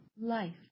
life